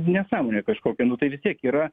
nesąmonė kažkokia nu tai vis tiek yra